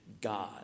God